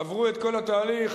עברו את כל התהליך,